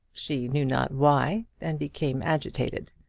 she knew not why, and became agitated.